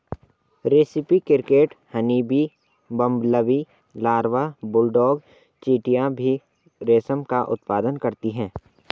रेस्पी cricket, honeybee, bumblebee larva, bulldog चींटियां भी रेशम का उत्पादन करती हैं